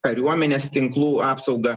kariuomenės tinklų apsauga